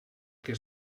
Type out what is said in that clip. que